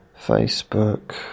Facebook